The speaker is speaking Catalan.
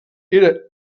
era